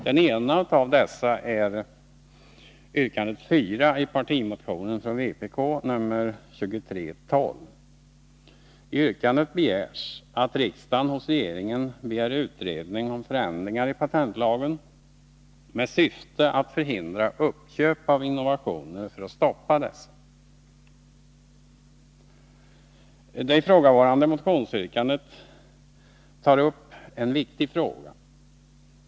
Den ena av dessa är en partimotion från vpk, nr 2312. I yrkande 4 i den motionen hemställes att riksdagen hos regeringen begär utredning om förändringar i patentlagen med syfte att förhindra uppköp av innovationer för att stoppa dessa. Det ifrågavarande motionsyrkandet tar upp en viktig fråga.